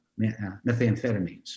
methamphetamines